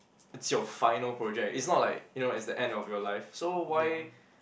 it's your final project it's not like you know it's the end of your life so why